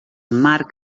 marc